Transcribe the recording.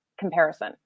Comparison